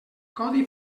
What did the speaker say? codi